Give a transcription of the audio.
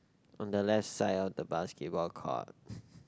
on the left side of the basketball court